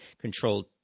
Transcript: controlled